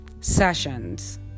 sessions